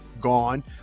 gone